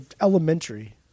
elementary